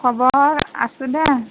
খবৰ আছোঁ দে